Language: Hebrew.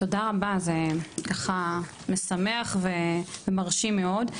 תודה רבה, זה משמח ומרשים מאוד.